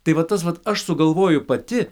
tai va tas vat aš sugalvoju pati